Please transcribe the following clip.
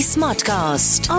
Smartcast